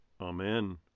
Amen